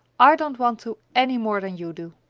i don't want to any more than you do.